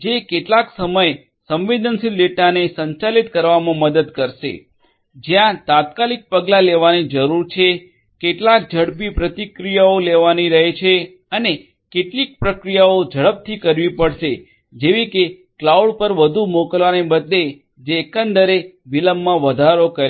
જે કેટલાક સમય સંવેદનશીલ ડેટાને સંચાલિત કરવામાં મદદ કરશે જ્યાં તાત્કાલિક પગલાં લેવાની જરૂર છે કેટલાક ઝડપી પ્રતિક્રિયાઓ લેવાની રહે છે અને કેટલીક પ્રક્રિયાઓ ઝડપથી કરવી પડશે જેવી કે ક્લાઉડ પર બધું મોકલવાને બદલે જે એકંદરે વિલંબમાં વધારો કરે છે